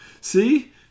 See